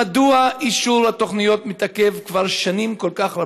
1. מדוע אישור התוכניות מתעכב כבר שנים רבות כל כך?